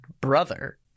brother